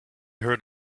heard